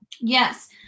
Yes